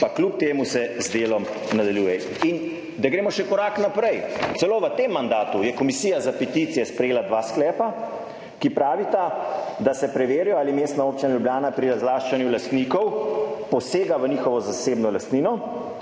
pa kljub temu se z delom nadaljuje. In, da gremo še korak naprej, celo v tem mandatu je Komisija za peticije sprejela dva sklepa, ki pravita, da se preverijo ali Mestna občina Ljubljana pri razlaščanju lastnikov posega v njihovo zasebno lastnino,